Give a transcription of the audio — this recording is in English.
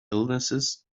illnesses